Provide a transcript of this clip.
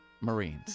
Marines